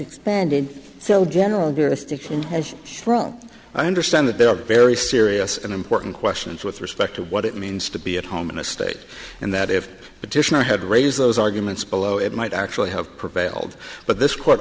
expanded so general distinction as strong i understand that there are very serious and important questions with respect to what it means to be at home in a state and that if petitioner had raised those arguments below it might actually have prevailed but this court